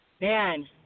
Man